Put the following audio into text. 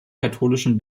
katholischen